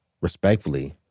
respectfully